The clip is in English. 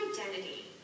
identity